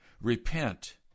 Repent